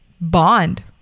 bond